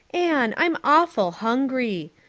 anne, i'm awful hungry.